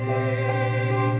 the